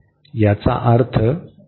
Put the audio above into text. तर या हा 0 आहे